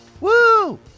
Woo